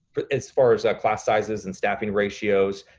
but as far as the class sizes and staffing ratios,